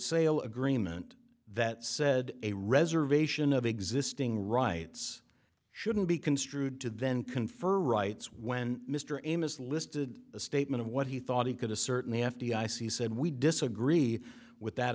sale agreement that said a reservation of existing rights shouldn't be construed to then confer rights when mr amos listed a statement of what he thought he could have certainly have to be i c said we disagreed with that